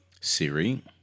Siri